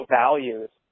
values